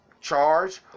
charge